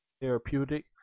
therapeutic